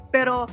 Pero